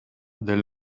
del